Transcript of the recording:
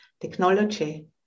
technology